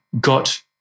got